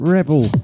Rebel